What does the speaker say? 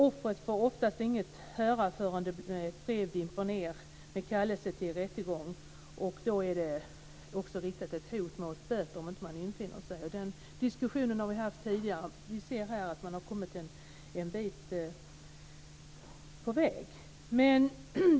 Offret får oftast inget höra förrän ett brev dimper ner med kallelse till rättegång och hot om böter ifall man inte infinner sig." Vi har haft den diskussionen tidigare, och vi ser här att man har kommit en bit på väg.